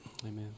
Amen